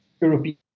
european